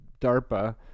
DARPA